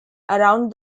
around